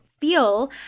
feel